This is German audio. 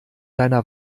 deiner